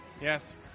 Yes